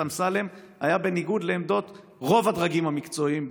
אמסלם היה בניגוד לעמדות רוב הדרגים המקצועיים,